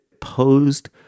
posed